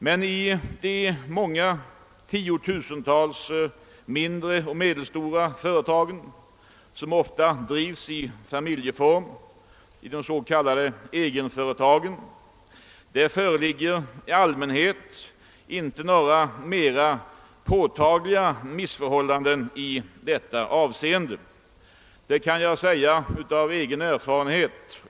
Men i de många tiotusental mindre och medelstora företag, som ofta drivs i familjeform, egenföretagen, föreligger i allmänhet inte några mera påtagliga missförhållanden i detta avseende. Jag kan säga detta av egen erfarenhet.